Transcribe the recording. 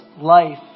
life